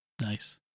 Nice